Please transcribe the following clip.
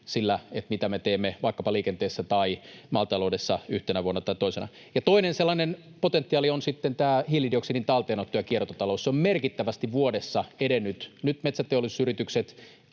sillä, mitä me teemme vaikkapa liikenteessä tai maataloudessa yhtenä vuonna tai toisena. Toinen sellainen potentiaali on sitten tämä hiilidioksidin talteenotto ja kiertotalous. Se on merkittävästi vuodessa edennyt. Nyt metsäteollisuusyritykset